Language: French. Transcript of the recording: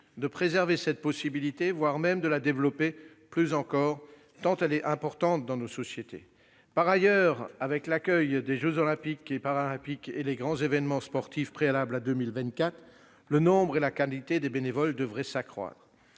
préserver cette possibilité, voire la développer davantage, tant elle est importante dans nos sociétés. Par ailleurs, du fait de l'accueil des jeux Olympiques et Paralympiques et des grands événements sportifs préalables à 2024, le nombre et la qualité des bénévoles devraient s'accroître.